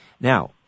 Now